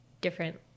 different